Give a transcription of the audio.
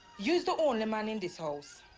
you is the only man in this house.